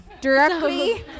directly